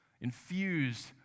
infused